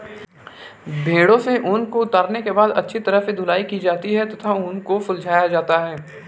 भेड़ों से ऊन को उतारने के बाद अच्छी तरह से धुलाई की जाती है तथा ऊन को सुलझाया जाता है